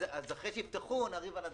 אז אחרי שיפתחו נריב על הדרגות.